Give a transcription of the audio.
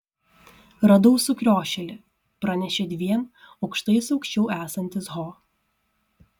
radau sukriošėlį pranešė dviem aukštais aukščiau esantis ho